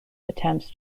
attempts